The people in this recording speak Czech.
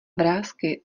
vrásky